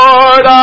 Lord